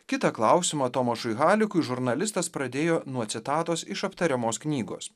kitą klausimą tomašui halikui žurnalistas pradėjo nuo citatos iš aptariamos knygos